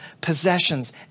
possessions